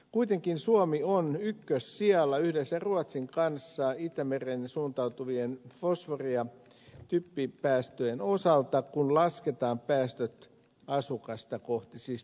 kuitenkin suomi on ykkössijalla yhdessä ruotsin kanssa itämereen suuntautuvien fosfori ja typpipäästöjen osalta kun lasketaan päästöt asukasta kohti siis per capita